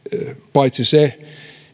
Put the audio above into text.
paitsi se